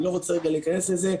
אני לא רוצה רגע להיכנס לזה.